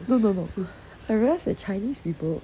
no no no I realised that chinese people